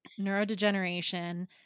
neurodegeneration